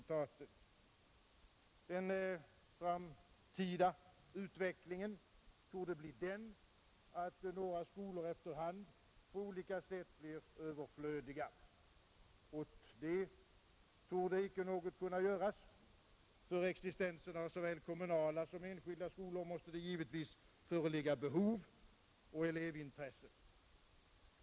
Den framtida utvecklingen torde bli den att några skolor efter hand på olika sätt blir överflödiga. Mot det torde icke något kunna göras — för existensen av såväl kommunala som enskilda skolor måste det givetvis föreligga behov och elevintresse.